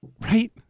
Right